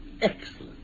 Excellent